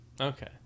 okay